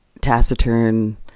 taciturn